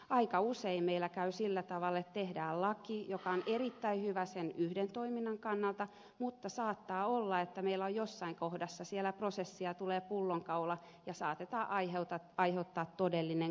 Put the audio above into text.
aika usein meillä käy sillä tavalla että tehdään laki joka on erittäin hyvä sen yhden toiminnan kannalta mutta saattaa olla että meillä jossain kohdassa siellä prosessia tulee pullonkaula ja saatetaan aiheuttaa todellinen kaaostilanne